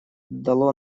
дало